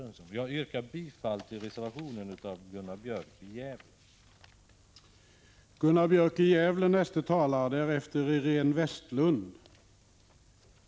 115 Jag yrkar bifall till reservationen av Gunnar Björk i Gävle och Gunhild Bolander.